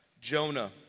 Jonah